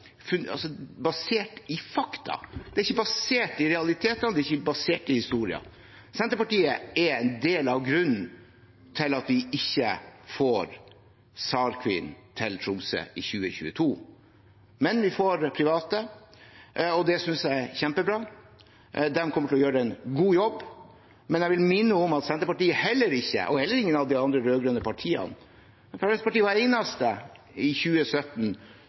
basert på fakta, ikke basert i realitetene og ikke basert i historien. Senterpartiet er en del av grunnen til at vi ikke får SAR Queen til Tromsø i 2022, men vi får private, og det synes jeg er kjempebra. De kommer til å gjøre en god jobb. Jeg vil minne om at verken Senterpartiet eller noen av de andre rød-grønne partiene –Fremskrittspartiet var det eneste i 2017